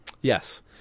yes